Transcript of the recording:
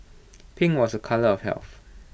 pink was the colour of health